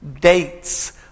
dates